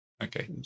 Okay